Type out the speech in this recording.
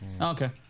Okay